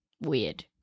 weird